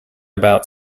about